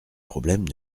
problèmes